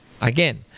again